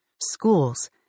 schools